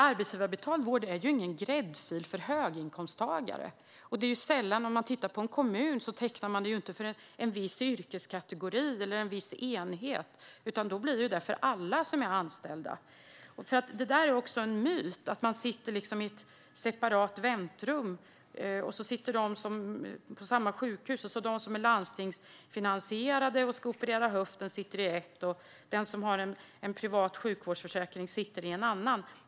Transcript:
Arbetsgivarbetald vård är ingen gräddfil för höginkomsttagare. Vad gäller kommuner är det sällan man tecknar försäkringar för en viss yrkeskategori eller en viss enhet. I stället blir det för alla anställda. Det är också en myt att man sitter i separata väntrum på samma sjukhus, så att de som är landstingsfinansierade och ska operera höften sitter i ett väntrum och de som har privat sjukvårdsförsäkring sitter i ett annat.